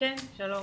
כן, שלום.